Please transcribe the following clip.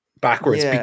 backwards